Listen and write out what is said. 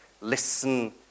Listen